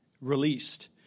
released